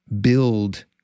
build